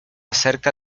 cerca